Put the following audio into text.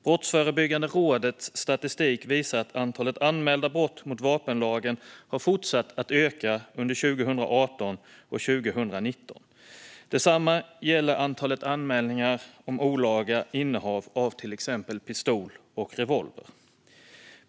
Brottsförebyggande rådets statistik visar att antalet anmälda brott mot vapenlagen har fortsatt att öka under 2018 och 2019. Detsamma gäller antalet anmälningar om olaga innehav av till exempel pistol och revolver.